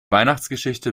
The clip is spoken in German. weihnachtsgeschichte